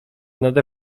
nade